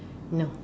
no